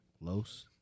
Los